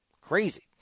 Crazy